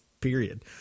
period